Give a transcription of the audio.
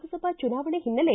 ಲೋಕಸಭಾ ಚುನಾವಣೆ ಹಿನ್ನೆಲೆ